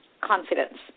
confidence